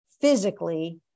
physically